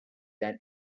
than